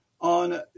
on